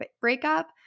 breakup